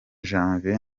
janvier